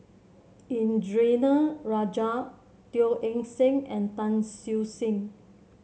Indranee Rajah Teo Eng Seng and Tan Siew Sin